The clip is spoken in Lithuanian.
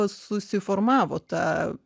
susiformavo ta